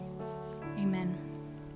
amen